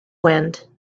wind